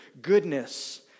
goodness